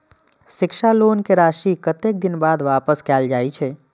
शिक्षा लोन के राशी कतेक दिन बाद वापस कायल जाय छै?